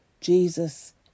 Jesus